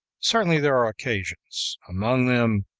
certainly there are occasions among them,